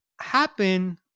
happen